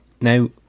now